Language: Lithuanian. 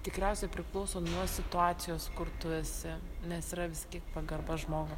tikriausiai priklauso nuo situacijos kur tu esi nes yra visgi pagarba žmogui